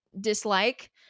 dislike